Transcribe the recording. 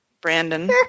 Brandon